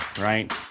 right